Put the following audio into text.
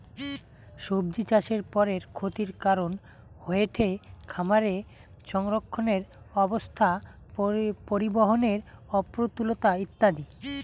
সব্জিচাষের পরের ক্ষতির কারন হয়ঠে খামারে সংরক্ষণের অব্যবস্থা, পরিবহনের অপ্রতুলতা ইত্যাদি